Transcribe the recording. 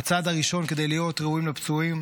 והצעד הראשון כדי להיות ראויים לפצועים,